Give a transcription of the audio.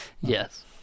Yes